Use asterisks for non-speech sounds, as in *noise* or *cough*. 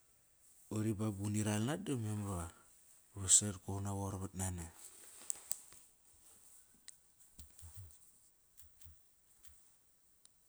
Qari ba, ba uni ralna da memar vasat. Koir una vorvat nana. *noise*